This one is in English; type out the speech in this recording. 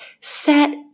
set